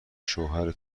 شوهر